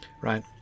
right